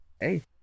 hey